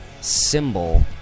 Symbol